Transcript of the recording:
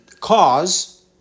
cause